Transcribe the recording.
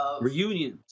reunions